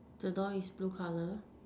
the door is blue colour